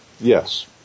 Yes